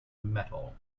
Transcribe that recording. metal